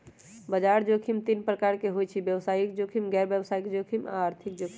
बजार जोखिम तीन प्रकार के होइ छइ व्यवसायिक जोखिम, गैर व्यवसाय जोखिम आऽ आर्थिक जोखिम